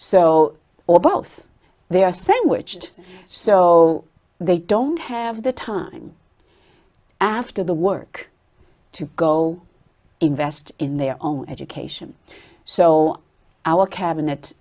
so or both they are sandwiched so they don't have the time after the work to go invest in their own education so our cabinet